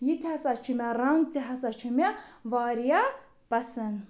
یِہ تہِ ہسا چھُ مےٚ رَنٛگ تہِ ہسا چھُ مےٚ واریاہ پسنٛد